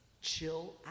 Chill